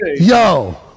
Yo